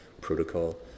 Protocol